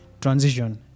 transition